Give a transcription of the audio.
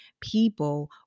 people